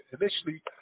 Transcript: Initially